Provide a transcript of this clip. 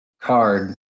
card